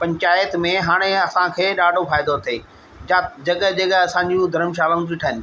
पंचाइत में हाणे असांखे ॾाढो फ़ाइदो थिए ज जॻहि जॻहि असांजूं धर्मशालाऊं थी ठहनि